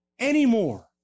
anymore